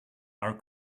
our